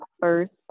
first